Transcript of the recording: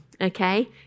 Okay